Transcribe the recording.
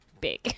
big